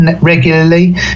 regularly